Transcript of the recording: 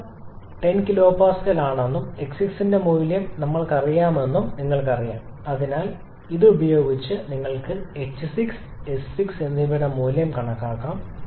മർദ്ദം 10 kPa ആണെന്നും x6 ന്റെ മൂല്യം ഞങ്ങൾക്കറിയാമെന്നും ഞങ്ങൾക്കറിയാം അതിനാൽ ഇത് ഉപയോഗിച്ച് നിങ്ങൾക്ക് h6 s6 എന്നിവയുടെ മൂല്യം കണക്കാക്കാം